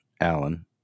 Allen